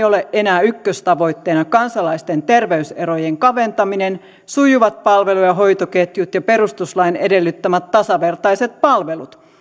ole enää ykköstavoitteena kansalaisten terveyserojen kaventaminen sujuvat palvelu ja hoitoketjut ja perustuslain edellyttämät tasavertaiset palvelut